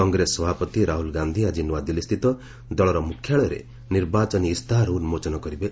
କଂଗ୍ରେସ ସଭାପତି ରାହୁଲ୍ ଗାନ୍ଧି ଆକି ନୂଆଦିଲ୍ଲୀସ୍ଥିତ ଦଳର ମୁଖ୍ୟାଳୟରେ ନିର୍ବାଚନୀ ଇସ୍ତାହାର ଉନ୍କୋଚନ କରିବେ